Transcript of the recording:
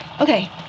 Okay